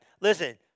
Listen